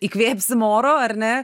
įkvėpsim oro ar ne